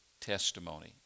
testimony